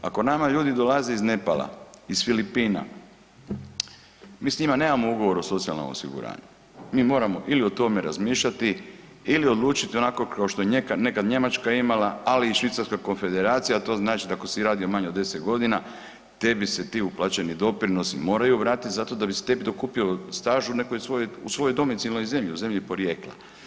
Ako nama ljudi dolaze iz Nepala, iz Filipina, mi s njima nemamo ugovor o socijalnom osiguranju, mi moramo ili o tome razmišljati ili odlučiti onako kao što je nekad Njemačka imala, ali i Švicarska Konfederacija, a to znači ako si radio manje od 10 godina tebi se ti uplaćeni doprinosi moraju vratiti zato da bi se tebi dokupio staž u nekoj svojoj, u svojoj domicilnoj zemlji, u zemlji porijekla.